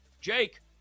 Jake